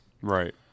Right